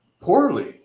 poorly